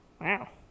Wow